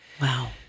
Wow